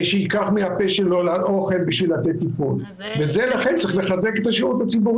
אני לא אציע לך בזמן, לך לקבל החזר.